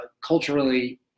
culturally